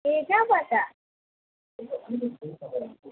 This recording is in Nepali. ए कहाँबाट